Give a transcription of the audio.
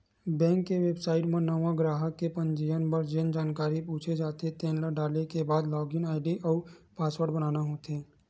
bank के website म नवा गराहक के पंजीयन बर जेन जानकारी पूछे जाथे तेन ल डाले के बाद लॉगिन आईडी अउ पासवर्ड बनाना होथे